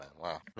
wow